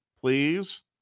please